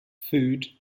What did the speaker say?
food